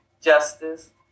justice